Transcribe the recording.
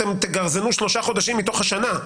אתם תגרזנו שלושה חודשים מתוך השנה.